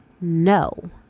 no